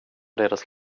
deras